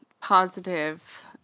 positive